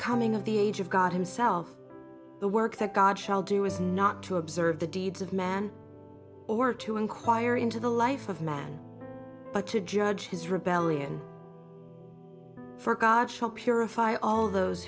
coming of the age of god himself the work that god shall do is not to observe the deeds of man or to enquire into the life of man but to judge his rebellion for god shall purify all those